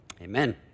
Amen